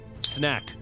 Snack